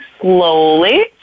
slowly